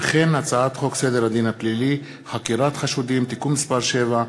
הצעת חוק סדר הדין הפלילי (חקירת חשודים) (תיקון מס' 7),